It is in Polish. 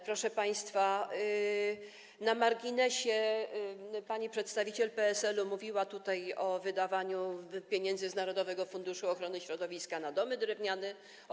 Proszę państwa, tak na marginesie, pani przedstawiciel PSL mówiła tutaj o wydawaniu pieniędzy z Narodowego Funduszu Ochrony Środowiska na drewniane domy.